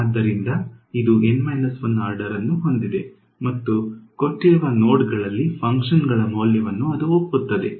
ಆದ್ದರಿಂದ ಇದು N 1 order ಅನ್ನು ಹೊಂದಿದೆ ಮತ್ತು ಕೊಟ್ಟಿರುವ ನೋಡ್ಗಳಲ್ಲಿನ ಫಂಕ್ಷನ್ಗಳ ಮೌಲ್ಯವನ್ನು ಅದು ಒಪ್ಪುತ್ತದೆ